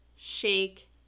Shake